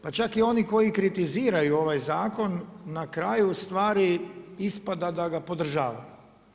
Pa čak i oni koji kritiziraju ovaj zakon na kraju ustvari ispada da ga podržavaju.